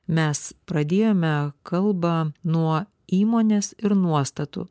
mes pradėjome kalbą nuo įmonės ir nuostatų